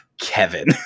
Kevin